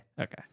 Okay